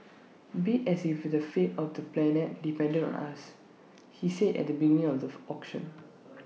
bid as if the fate of the planet depended on us he said at the beginning of the auction